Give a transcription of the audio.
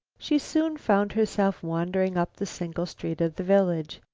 she soon found herself wandering up the single street of the village.